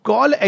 Call